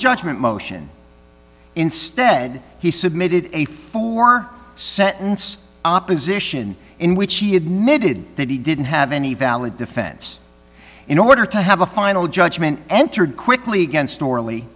judgment motion instead he submitted a four sentence opposition in which she admitted that he didn't have any valid defense in order to have a final judgment entered quickly against or